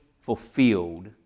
fulfilled